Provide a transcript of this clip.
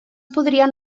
podrien